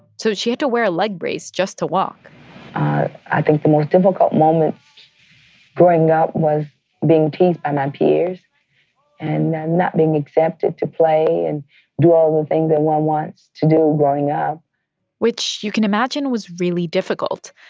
so she had to wear a leg brace just to walk i think the most difficult moment growing up was being teased by my peers and not being accepted to play and do all the things that one wants to do growing up which, you can imagine, was really difficult.